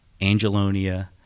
Angelonia